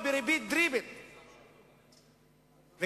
אפשר בהחלט לשנות כללי משחק,